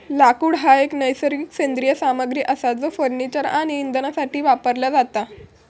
लाकूड हा एक नैसर्गिक सेंद्रिय सामग्री असा जो फर्निचर आणि इंधनासाठी वापरला जाता